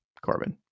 Corbin